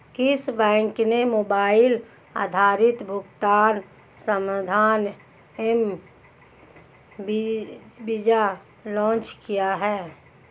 किस बैंक ने मोबाइल आधारित भुगतान समाधान एम वीज़ा लॉन्च किया है?